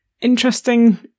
interesting